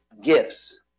gifts